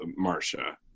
Marsha